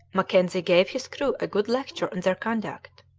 mackenzie gave his crew a good lecture on their conduct.